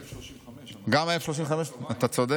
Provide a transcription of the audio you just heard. נכון, נזכרתי בזה, F-35. גם, אתה צודק.